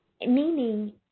meaning